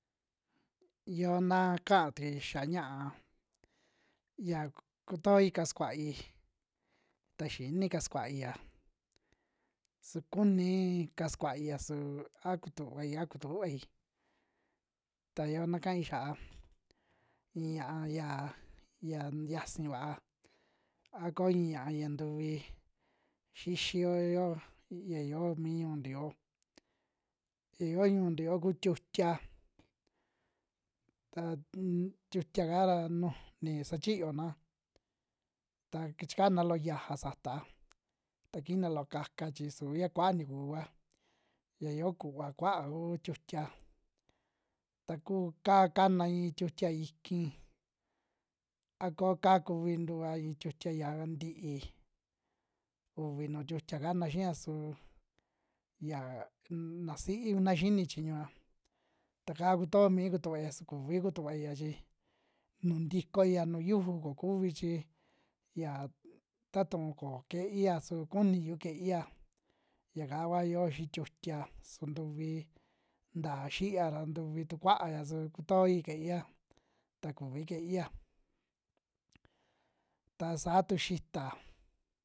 Iyoo na kaa tukui xa'a ña'a yia kutoy kasukuai ta xini kasukuiya su kunii kasukuaiya su a kutuvai, a kutuvai ta yoo na kai xia'a i'i ñia'a ya ya xiasii vaa a koo i'i ñia'a ya ntuvi xixiyo yo, ya yoo mi ñu'untu yo, ya yoo ñu'untu yoo ku tiutia, ta un tiutia'ka ra nujuni sachiyo'naa ta kichikana loo xiaja sataa ta kina loo ka'ka chi suvi ya kuaa ntikuu vua, ya yoo kuva kuaa uu tiutia ta ku kaa kana in tiutia ikin, a koo ka kuvi ntua in tiutia ya ntii ivi nuu tiutia kana xiia, suu yak naa si'i kuna xini kuñua, ta kaa kutoo mi kutuvaia su kuvi kutuvaia chi nuju ntikoia nuu yuju ko kuvi chi yia ta tu'u koo keia su kuniyu ke'eia yaka vua yoo xii tiutia su ntuvi ntaa xii'a ra, ntuvi tu kuaaya su kutoi keeia ta kuvi ke'eia ta saa tu xita.